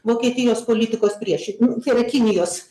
vokietijos politikos priešinin tai yra kinijos